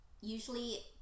usually